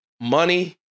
money